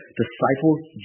disciples